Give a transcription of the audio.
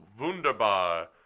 Wunderbar